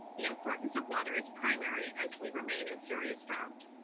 the importance of water is primary as we remain in serious drought.